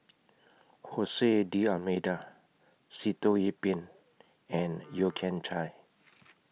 Jose D'almeida Sitoh Yih Pin and Yeo Kian Chai